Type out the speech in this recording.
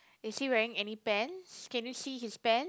is he wearing any pants can you see his pant